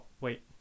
wait